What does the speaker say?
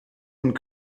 und